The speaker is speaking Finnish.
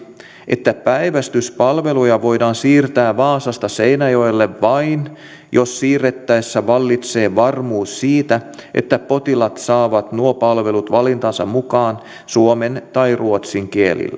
että päivystyspalveluja voidaan siirtää vaasasta seinäjoelle vain jos siirrettäessä vallitsee varmuus siitä että potilaat saavat nuo palvelut valintansa mukaan suomen tai ruotsin